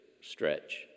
stretch